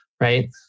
right